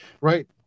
right